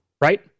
Right